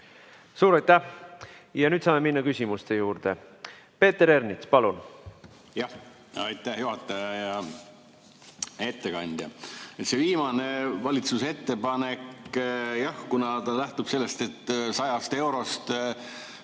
Suur aitäh! Nüüd saame minna küsimuste juurde. Peeter Ernits, palun! Aitäh, juhataja! Hea ettekandja! See viimane valitsuse ettepanek, mis lähtub sellest, et 100 eurost